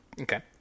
Okay